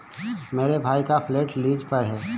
मेरे भाई का फ्लैट लीज पर है